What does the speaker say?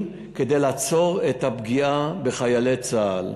כדי לעצור את הפגיעה בחיילי צה"ל.